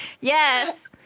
Yes